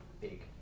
big